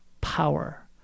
power